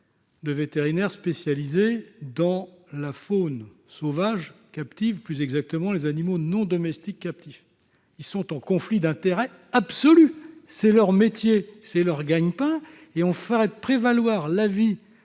de vétérinaires spécialistes de la faune sauvage captive, plus exactement des animaux non domestiques captifs. Or ces personnes sont en conflit d'intérêts absolu : c'est leur métier, c'est leur gagne-pain ! Comment faire prévaloir l'avis